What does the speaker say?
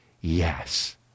Yes